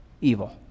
evil